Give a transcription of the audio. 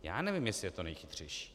Já nevím, jestli je to nejchytřejší.